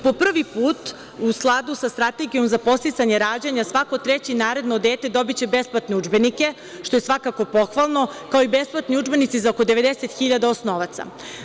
Po prvi put, u skladu sa Strategijom za podsticanje rađanja, svako treće i naredno dete dobiće besplatne udžbenike što je svakako pohvalno, kao i besplatni udžbenici za oko 90 hiljada osnovaca.